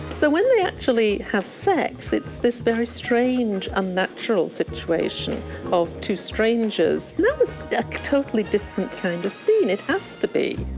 so when they actually have sex, it's this very strange unnatural situation of two strangers, and that was a totally different kind of scene, it has to be.